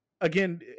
again